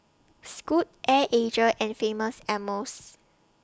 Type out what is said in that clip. Scoot Air and Famous Amos